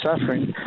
suffering